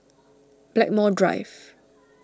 Blackmore Drive